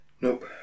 Nope